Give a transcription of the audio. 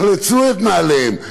הם יחלצו את נעליהם,